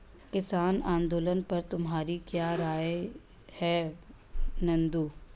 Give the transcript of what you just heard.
किसान आंदोलन पर तुम्हारी क्या राय है नंदू?